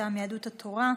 מטעם יהדות התורה,